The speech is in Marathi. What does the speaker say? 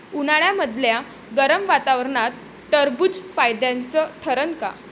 उन्हाळ्यामदल्या गरम वातावरनात टरबुज फायद्याचं ठरन का?